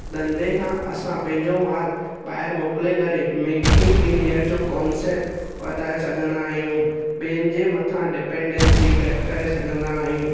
धंधे खां असां पंहिंजो माल ॿाहिरि मोकिले करे मेक इन इंडिया जो कॉन्सेप्ट वधाए सघंदा आहियूं ॿियनि जे मथां डिपैंडेंसी घटि करे सघंदा आहियूं